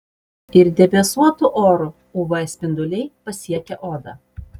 ir debesuotu oru uv spinduliai pasiekia odą